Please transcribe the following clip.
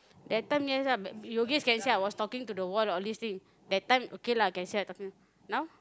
that time yes lah but Yogesh can say I was talking to the wall all this thing that time okay lah can say I talking now